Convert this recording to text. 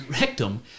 rectum